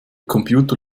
computer